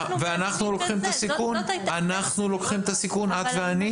אנחנו לוקחים את הסיכון, את ואני?